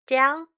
Down